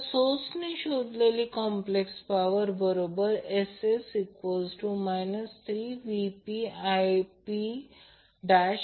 तर लोडवरील complex power म्हणून S load 3 I p 2 Zp जर ती बॅलन्सड सिस्टम असेल तर I p 2 Zp per phase 3